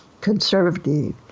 conservative